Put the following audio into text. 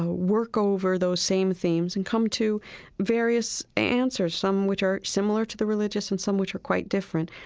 ah work over those same themes and come to various answers, some which are similar to the religious and some which are quite different.